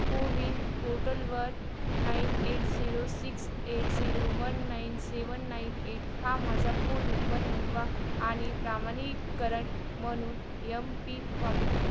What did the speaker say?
कोविन पोर्टलवर nine eight zero six eight zero one nine seven nine eight हा माझा phone number नोंदवा आणि प्रमाणीकरण म्हणून एम पिन वापरा